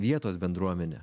vietos bendruomenę